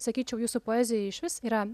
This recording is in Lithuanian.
sakyčiau jūsų poezijoje išvis yra